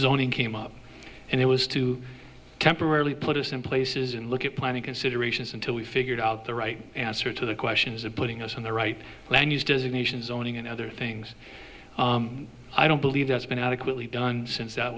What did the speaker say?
zoning came up and it was to temporarily put us in places and look at planning considerations until we figured out the right answer to the question is it putting us on the right when used as a nation zoning and other things i don't believe that's been adequately done since that